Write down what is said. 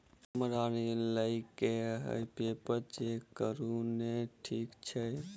हमरा ऋण लई केँ हय पेपर चेक करू नै ठीक छई?